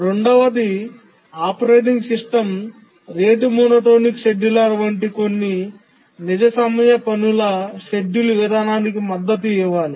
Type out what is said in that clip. రెండవది operating system rate monotonic scheduler వంటి కొన్ని నిజ సమయ పనుల షెడ్యూల్ విధానానికి మద్దతు ఇవ్వాలి